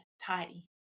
tidy